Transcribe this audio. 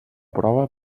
prova